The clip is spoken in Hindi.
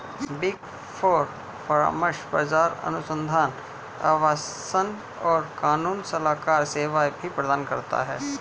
बिग फोर परामर्श, बाजार अनुसंधान, आश्वासन और कानूनी सलाहकार सेवाएं भी प्रदान करता है